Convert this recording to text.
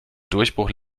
durchbruch